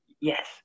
yes